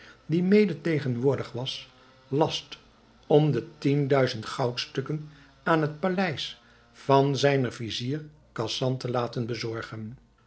die mede tegenwoordig was last om de tien duizend goudstukken aan het paleis van zijnen vizier khasan te laten bezorgen